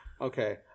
Okay